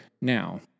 Now